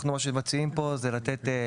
מה שאנחנו מציעים פה זה לתת,